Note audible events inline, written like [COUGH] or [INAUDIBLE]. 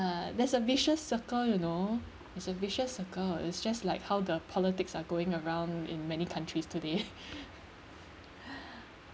~ a that's a vicious circle you know it's a vicious circle it's just like how the politics are going around in many countries today [BREATH]